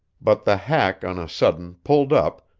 but the hack on a sudden pulled up,